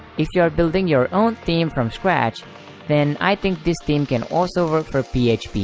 if you are building your own theme from scratch then i think this theme can also work for php.